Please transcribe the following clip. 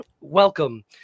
welcome